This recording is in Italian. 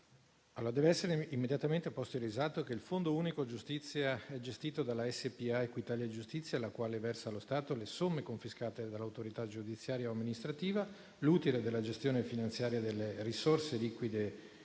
dev'essere immediatamente posto in risalto che il Fondo unico giustizia è gestito dalla SpA Equitalia giustizia, la quale versa allo Stato le somme confiscate dall'autorità giudiziaria o amministrativa, l'utile della gestione finanziaria delle risorse liquide